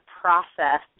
process